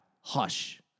hush